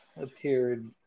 appeared